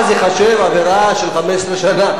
אז זה ייחשב לעבירה של 15 שנה.